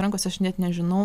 rankos aš net nežinau